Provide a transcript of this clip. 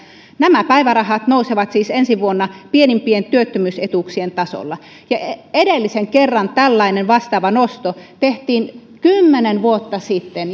nämä päivärahat nousevat siis ensi vuonna pienimpien työttömyysetuuksien tasolle edellisen kerran tällainen vastaava nosto tehtiin kymmenen vuotta sitten